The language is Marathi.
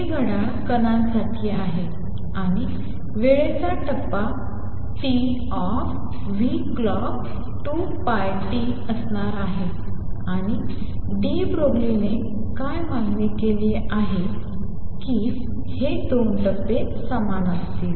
हे घड्याळ कणांसह आहे आणि वेळेचा टप्पा t clock2πt असणार आहे आणि डी ब्रोगलीने काय मागणी केली की हे 2 टप्पे समान असतील